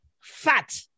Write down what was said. fat